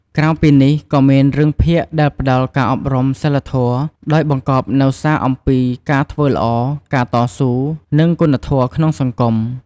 ក្រៅពីនេះ ក៏មានរឿងភាគដែលផ្ដល់ការអប់រំសីលធម៌ ដោយបង្កប់នូវសារអំពីការធ្វើល្អ ការតស៊ូ និងគុណធម៌ក្នុងសង្គម។